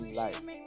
life